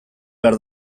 behar